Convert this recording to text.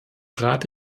rate